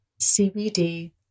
CBD